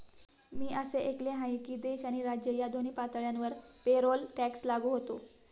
मी असे ऐकले आहे की देश आणि राज्य या दोन्ही पातळ्यांवर पेरोल टॅक्स लागू होतो